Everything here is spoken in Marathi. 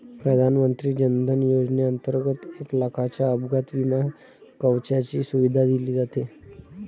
प्रधानमंत्री जन धन योजनेंतर्गत एक लाखाच्या अपघात विमा कवचाची सुविधा दिली जाते